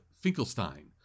Finkelstein